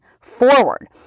forward